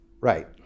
Right